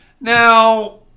Now